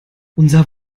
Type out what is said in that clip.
unser